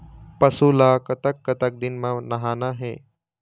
पशु ला कतक कतक दिन म नहाना हे?